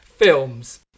films